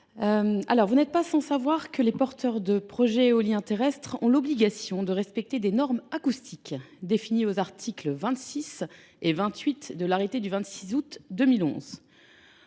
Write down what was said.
vous n’êtes pas sans savoir que les porteurs de projets éoliens terrestres ont l’obligation de respecter des normes acoustiques définies aux articles 26 et 28 de l’arrêté du 26 août 2011.